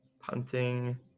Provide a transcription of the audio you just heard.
punting